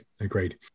Agreed